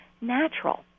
natural